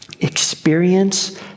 experience